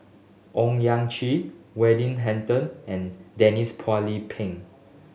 Owyang Chi Weding Hutton and Denise Phua Lee Peng